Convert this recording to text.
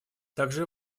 также